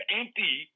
empty